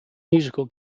musical